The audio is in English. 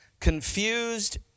Confused